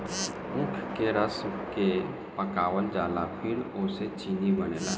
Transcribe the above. ऊख के रस के पकावल जाला फिर ओसे चीनी बनेला